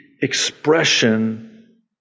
expression